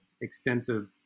extensive